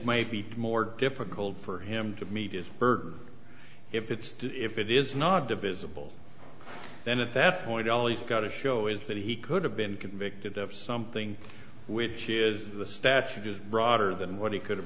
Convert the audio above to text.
may be more difficult for him to meet is if it's if it is not divisible then at that point all he's got to show is that he could have been convicted of something which is the statute is broader than what he could have